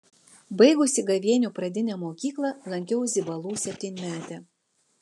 baigusi gavėnių pradinę mokyklą lankiau zibalų septynmetę